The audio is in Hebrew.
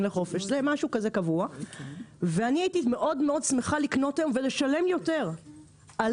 לחופשה הייתי מאוד שמחה לקנות היום ולשלם יותר על